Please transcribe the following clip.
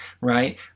right